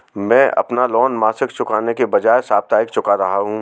मैं अपना लोन मासिक चुकाने के बजाए साप्ताहिक चुका रहा हूँ